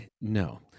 No